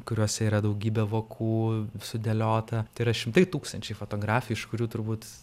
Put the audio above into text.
kuriose yra daugybė vokų sudėliota tai yra šimtai tūkstančiai fotografijų iš kurių turbūt